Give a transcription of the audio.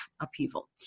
upheaval